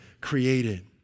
created